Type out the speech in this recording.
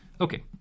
Okay